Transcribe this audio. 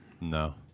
No